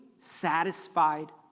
satisfied